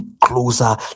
closer